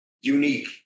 Unique